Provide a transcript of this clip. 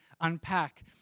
unpack